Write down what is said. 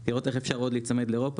כדי לראות איך אפשר עוד להיצמד לאירופה.